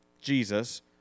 Jesus